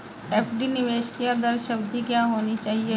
FD निवेश की आदर्श अवधि क्या होनी चाहिए?